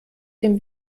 dem